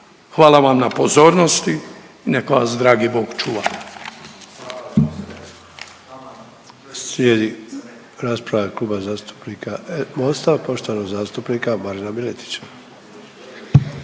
Hvala vam na pozornosti nek vas dragi Bog čuva!